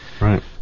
right